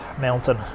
mountain